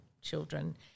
children